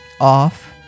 Off